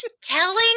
telling